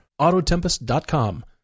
Autotempest.com